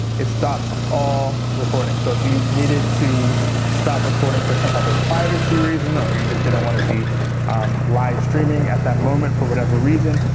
it stops all recording. so if you needed to stop recording for some type of privacy reason, or you just didn't want to be live streaming at that moment for whatever reason,